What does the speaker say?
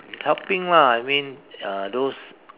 helping lah I mean uh those